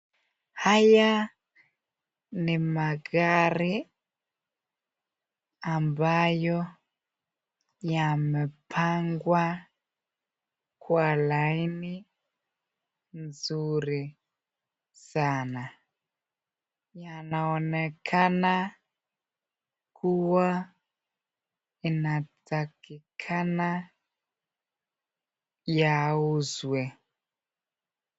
Haya ni magari ambayo yamepangwa Kwa laini mzuri sana, yanaoneka kuwa inatakikana yauzwe.